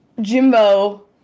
jimbo